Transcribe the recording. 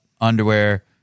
underwear